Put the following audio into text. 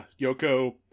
Yoko